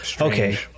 Okay